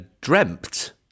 dreamt